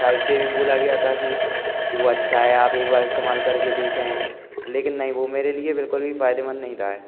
site से भी बोला गया था कि कि वो अच्छा है आप एक बार इस्तेमाल करके देखें लेकिन नहीं वो मेरे लिए बिल्कुल भी फायदेमंद नहीं रहा है